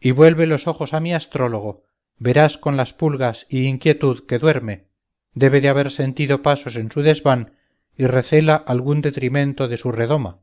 y vuelve los ojos a mi astrólogo verás con las pulgas y inquietud que duerme debe de haber sentido pasos en su desván y recela algún detrimento de su redoma